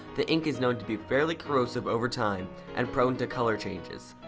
the ink is known to be fairly corrosive over time and prone to color changes.